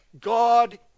God